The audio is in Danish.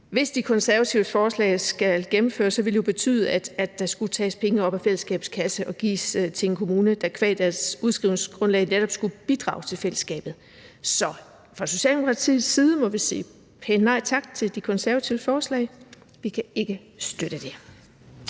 Hvis De Konservatives forslag skulle gennemføres, ville det jo betyde, at der skulle tages penge op af fællesskabets kasse og gives til en kommune, der qua sit udskrivningsgrundlag netop skulle bidrage til fællesskabet. Så fra Socialdemokratiets side må vi sige pænt nej tak til De Konservatives forslag. Vi kan ikke støtte det.